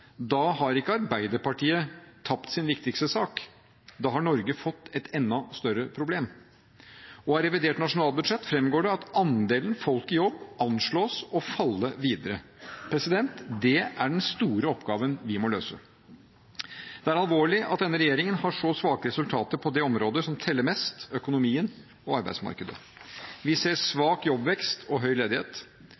da har ikke Arbeiderpartiet tapt sin viktigste sak. Da har Norge fått et enda større problem. Og av revidert nasjonalbudsjett framgår det at andelen folk i jobb anslås å falle videre. Det er den store oppgaven vi må løse. Det er alvorlig at denne regjeringen har så svake resultater på det området som teller mest – økonomien og arbeidsmarkedet. Vi ser